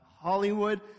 Hollywood